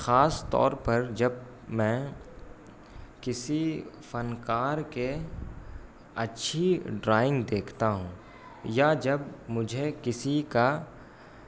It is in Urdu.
خاص طور پر جب میں کسی فنکار کے اچھی ڈرائنگ دیکھتا ہوں یا جب مجھے کسی کا